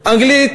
אנגלית,